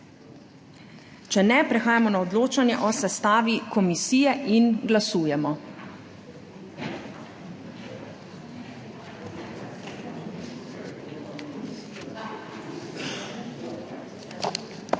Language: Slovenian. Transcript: Če ne, prehajamo na odločanje o sestavi komisije. Glasujemo.